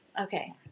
okay